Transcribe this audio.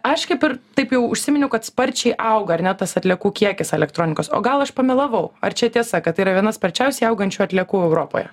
aš kaip ir taip jau užsiminiau kad sparčiai auga ar ne tas atliekų kiekis elektronikos o gal aš pamelavau ar čia tiesa kad tai yra viena sparčiausiai augančių atliekų europoje